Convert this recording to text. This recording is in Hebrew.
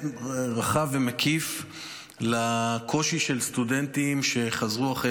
רחב ומקיף לקושי של סטודנטים שחזרו אחרי